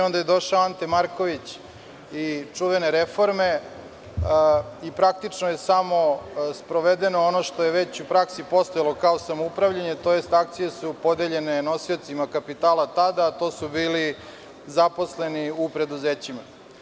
Onda je došao Ante Marković i čuvene reforme i praktično je samo sprovedeno ono što je već u praksi postojalo kao samoupravljanje, tj. akcije su podeljene nosiocima kapitala tada, a to su bili zaposleni u preduzećima.